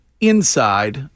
inside